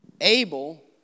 Abel